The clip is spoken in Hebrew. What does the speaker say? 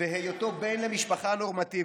והיותו בן למשפחה נורמטיבית.